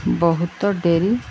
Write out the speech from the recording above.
ବହୁତ ଡେରି